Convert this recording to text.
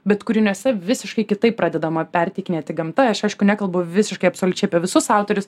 bet kūriniuose visiškai kitaip pradedama perteikti ne tik gamta aš aišku nekalbu visiškai absoliučiai apie visus autorius